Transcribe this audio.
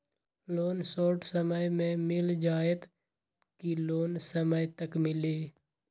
Loan short समय मे मिल जाएत कि लोन समय तक मिली?